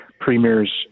premiers